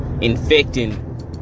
infecting